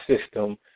system